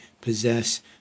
possess